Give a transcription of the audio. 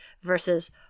versus